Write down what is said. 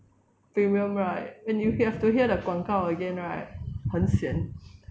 premium right when you have to hear the 广告 again right 很 sian